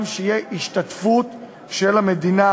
להפיל את המתווה